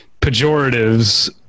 pejoratives